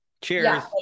cheers